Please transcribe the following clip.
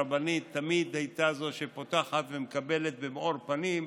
הרבנית תמיד הייתה זו שפותחת ומקבלת במאור פנים,